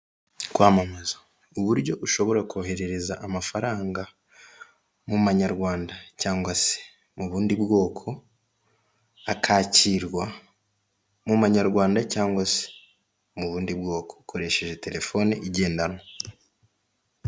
Kwamamaza uburyo ushobora koheza amafaranga mu manyarwanda cyangwa se mu bundi bwoko akakirwa mu manyarwanda cyangwa se mu bundi bwoko ukoresheje telefone igendanwa.